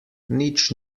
nič